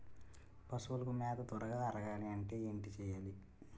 పశువులకు మేత త్వరగా అరగాలి అంటే ఏంటి చేయాలి?